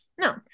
No